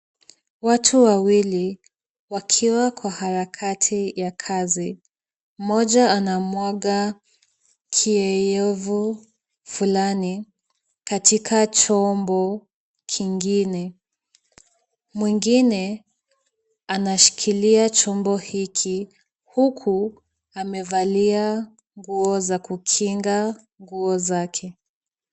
Watu wawili wakiwa kwa harakati ya kazi. Mmoja anamwaga kioyevu fulani katika chombo kingine. Mwingine anashikilia chombo hiki huku amevalia nguo za kukinga nguo zake.